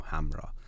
Hamra